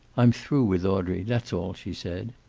i'm through with audrey. that's all, she said.